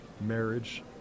marriage